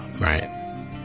right